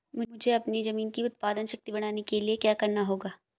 मुझे अपनी ज़मीन की उत्पादन शक्ति बढ़ाने के लिए क्या करना होगा?